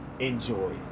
enjoy